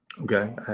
Okay